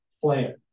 plan